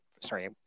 sorry